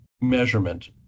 measurement